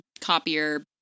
copier